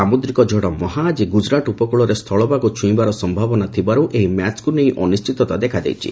ସାମୁଦ୍ରିକ ଝଡ଼ 'ମହା' ଆକି ଗୁଜରାଟ ଉପକୂଳରେ ସ୍ଥଳଭାଗ ଛୁଇଁବାର ସମ୍ଭାବନା ଥିବାରୁ ଏହି ମ୍ୟାଚ୍କୁ ନେଇ ଅନିଶ୍ଚିତତା ଦେଖାଦେଇଛି